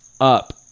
up